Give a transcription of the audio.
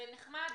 זה נחמד.